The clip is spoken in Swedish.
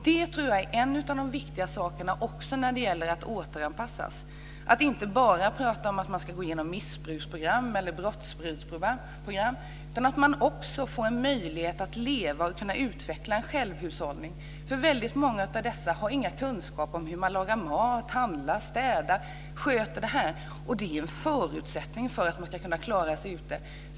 Det är en av de viktiga sakerna när det gäller att återanpassas, att man inte bara ska gå igenom missbruksprogram eller brottsbrytningsprogram utan att man också får möjlighet att leva och utveckla en självhushållning. Väldigt många av dessa har inga kunskaper om hur man lagar mat, handlar, städar. Det är en förutsättning för att de ska kunna klara sig ute.